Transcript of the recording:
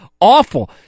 awful